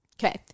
Okay